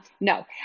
no